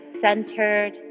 centered